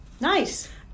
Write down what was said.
Nice